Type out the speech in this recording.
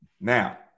Now